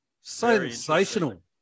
Sensational